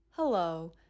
Hello